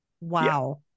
Wow